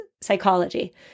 psychology